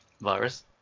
virus